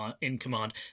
in-command